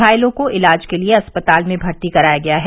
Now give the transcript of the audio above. घायलों को इलाज के लिये अस्पताल में भर्ती कराया गया है